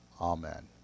Amen